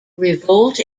revolt